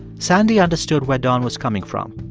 sandy understood where don was coming from.